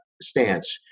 stance